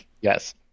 Yes